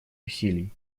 усилий